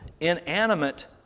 inanimate